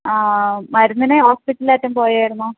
ആ മരുന്നിന് ഹോസ്പിറ്റൽ മറ്റും പോയായിരുന്നോ